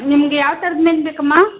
ನಿಮ್ಗೆ ಯಾವ ಥರದ ಮೀನು ಬೇಕಮ್ಮ